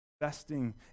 investing